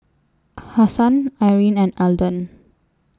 Hassan Irene and Elden